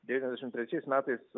devyniasdešimt trečiais metais